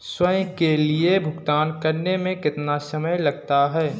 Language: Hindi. स्वयं के लिए भुगतान करने में कितना समय लगता है?